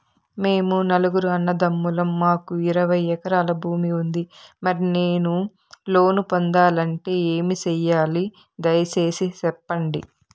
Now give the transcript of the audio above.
మేము నలుగురు అన్నదమ్ములం మాకు ఇరవై ఎకరాల భూమి ఉంది, మరి నేను లోను పొందాలంటే ఏమి సెయ్యాలి? దయసేసి సెప్పండి?